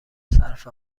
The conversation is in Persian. صرف